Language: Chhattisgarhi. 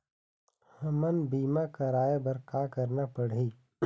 हमन बीमा कराये बर का करना पड़ही?